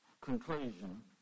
conclusion